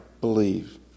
believe